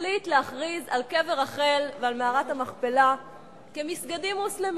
החליט להכריז על קבר רחל ועל מערת המכפלה כמסגדים מוסלמיים,